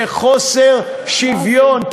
וחוסר שוויון.